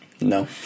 No